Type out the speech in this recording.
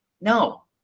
No